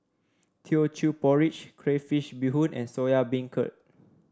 Teochew Porridge Crayfish Beehoon and Soya Beancurd